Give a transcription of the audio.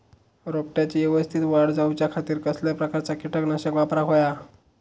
रोपट्याची यवस्तित वाढ जाऊच्या खातीर कसल्या प्रकारचा किटकनाशक वापराक होया?